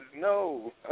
no